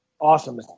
Awesome